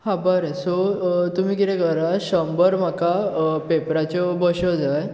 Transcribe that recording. बरें सो तुमी कितें करा शंबर म्हाका पेपराच्यो बश्यो जाय